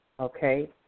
okay